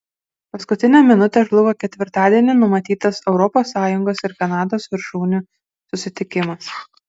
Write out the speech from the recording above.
paskutinę minutę žlugo ketvirtadienį numatytas europos sąjungos ir kanados viršūnių susitikimas